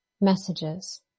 messages